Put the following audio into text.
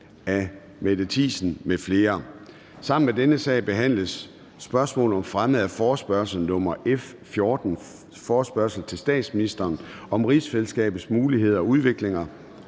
Af Mette Thiesen (DF) m.fl. (Anmeldelse 25.04.2023). 2) Spørgsmål om fremme af forespørgsel nr. F 14: Forespørgsel til statsministeren om rigsfællesskabets muligheder og udfordringer.